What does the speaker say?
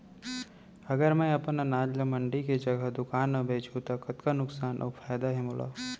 अगर मैं अपन अनाज ला मंडी के जगह दुकान म बेचहूँ त कतका नुकसान अऊ फायदा हे मोला?